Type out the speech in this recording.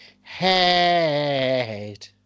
head